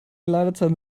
ladezeiten